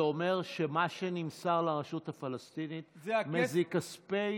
זה אומר שמה שנמסר לרשות הפלסטינית זה כספי